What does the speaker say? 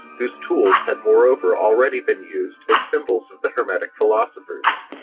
whose tools had moreover already been used as symbols of the hermetic philosophers.